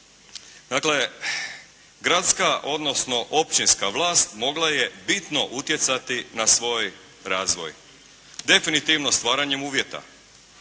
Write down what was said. Dakle gradska, odnosno općinska vlast mogla je bitno utjecati na svoj razvoj, definitivno stvaranjem uvjeta.